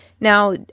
Now